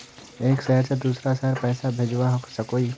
एक शहर से दूसरा शहर पैसा भेजवा सकोहो ही?